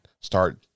start